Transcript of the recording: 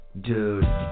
Dude